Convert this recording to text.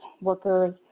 Workers